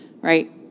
right